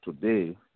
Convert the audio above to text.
today